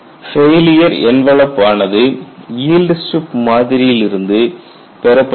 failure envelope ஆனது yield strip மாதிரியிலிருந்து யிலியபெறப்படுகிறது